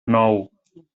nou